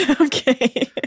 Okay